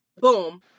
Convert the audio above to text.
boom